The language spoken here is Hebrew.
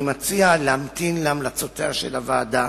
אני מציע להמתין להמלצותיה של הוועדה.